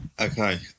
Okay